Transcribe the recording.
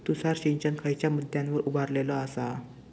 तुषार सिंचन खयच्या मुद्द्यांवर उभारलेलो आसा?